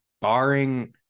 barring